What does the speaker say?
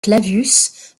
clavius